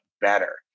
better